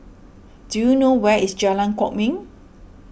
do you know where is Jalan Kwok Min